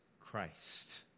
Christ